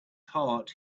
heart